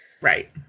Right